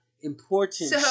important